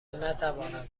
نتوانند